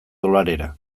dolarera